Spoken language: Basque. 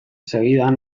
segidan